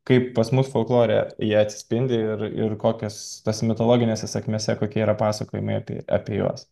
kaip pas mus folklore ji atsispindi ir ir kokias tas mitologinėse sakmėse kokie yra pasakojimai apie apie juos